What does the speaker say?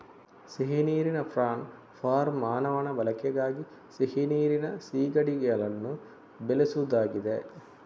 ಸಿಹಿ ನೀರಿನ prawn farm ಮಾನವನ ಬಳಕೆಗಾಗಿ ಸಿಹಿ ನೀರಿನ ಸೀಗಡಿಗಳನ್ನ ಬೆಳೆಸುದಾಗಿದೆ